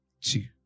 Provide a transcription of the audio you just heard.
two